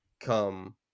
come